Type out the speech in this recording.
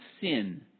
sin